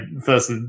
first